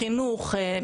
חינוך,